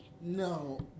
No